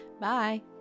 Bye